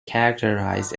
characterized